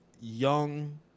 young